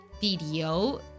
video